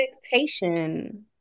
expectation